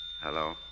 Hello